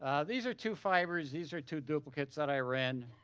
these are two fibers. these are two duplicates that i ran